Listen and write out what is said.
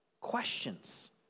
questions